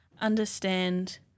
understand